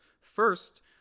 First